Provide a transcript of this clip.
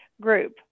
group